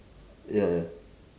ya ya